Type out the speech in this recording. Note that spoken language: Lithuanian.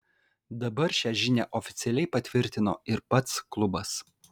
dabar šią žinią oficialiai patvirtino ir pats klubas